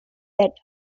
that